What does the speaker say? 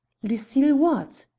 lucille what?